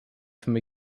from